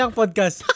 podcast